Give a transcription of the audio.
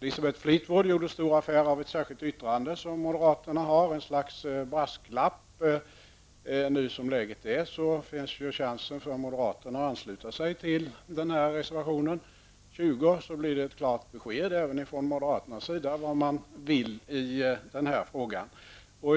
Elisabeth Fleetwood gjorde stor affär av ett särskilt yttrande som moderaterna har avgivit, ett yttrande som är något slags brasklapp. Som läget är nu har moderaterna chansen att ansluta sig till reservation 20. Det skulle innebära ett klart besked från moderaterna om var man står i den här frågan.